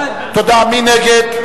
מי נגד?